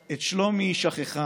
את שלומי היא שכחה,